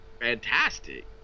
fantastic